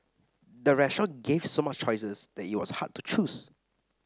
the restaurant gave so many choices that it was hard to choose